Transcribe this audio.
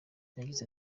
yagize